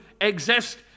exist